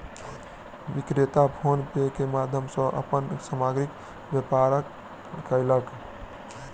विक्रेता फ़ोन पे के माध्यम सॅ अपन सामग्रीक व्यापार कयलक